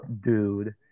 dude